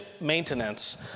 maintenance